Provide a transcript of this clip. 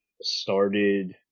started